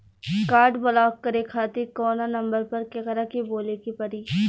Card block करे खातिर कवना नंबर पर केकरा के बोले के परी?